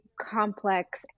complex